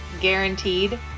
guaranteed